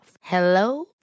Hello